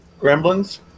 Gremlins